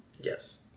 Yes